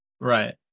Right